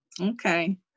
okay